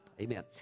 Amen